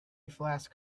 flask